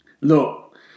Look